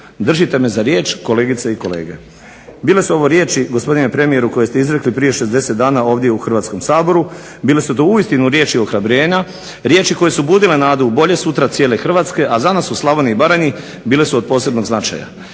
Držite me za riječ kolegice i kolege". Bile su ovo riječi gospodine premijeru koje ste izrekli prije 60 dana ovdje u Hrvatskom saboru. Bile su to uistinu riječi ohrabrenja, riječi koje su gubile nadu u bolje sutra cijele Hrvatske, a za nas u Slavoniji i Baranji bile su od posebnog značaja.